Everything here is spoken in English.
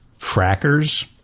frackers